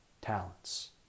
talents